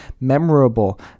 memorable